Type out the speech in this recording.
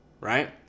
right